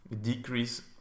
decrease